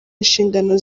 inshingano